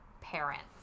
parents